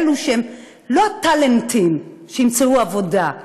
אלו שהם לא הטאלנטים שימצאו עבודה,